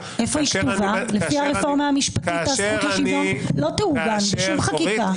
לפי הרפורמה המשפטית הזכות לשוויון לא תעוגן בשום חקיקה.